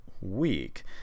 week